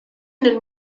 nel